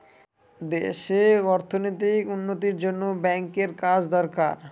দেশে অর্থনৈতিক উন্নতির জন্য ব্যাঙ্কের কাজ দরকার